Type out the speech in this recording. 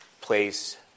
place